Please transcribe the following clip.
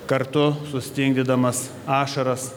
kartu sustingdydamas ašaras